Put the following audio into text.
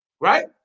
right